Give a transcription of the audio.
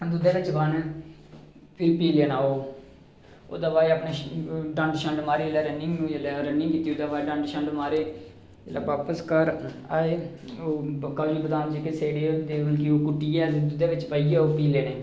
दुद्धै बिच्च पाने फ्ही पी लैना ओह् ओह्दे बाद च अपने डंड शंड मारे जेल्लै रनिंग जेल्लै रनिंग कीती ओह्दे बाद च डंड शंड मारे ते बापस घर आए ओह् काजू बदाम जेह्के सेड़ियै होंदे हे मतलब कि कुट्टियै दुद्धै बेच्च पाइयै ओह् पी लैने